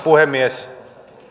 puhemies